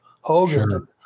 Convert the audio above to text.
Hogan